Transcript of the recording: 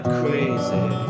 crazy